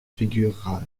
figure